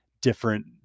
different